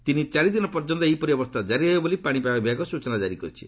ତିନି ଚାରି ଦିନ ପର୍ଯ୍ୟନ୍ତ ଏହିପରି ଅବସ୍ଥା କାରି ରହିବ ବୋଲି ପାଣିପାଗ ବିଭାଗ ସ୍ନଚନା ଜାରି କରିଛି